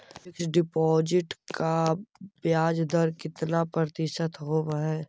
Fix deposit का ब्याज दर कितना प्रतिशत होब है?